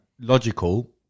logical